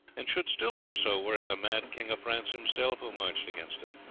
and should still do so were it the mad king of france himself who marched against us.